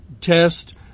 test